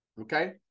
Okay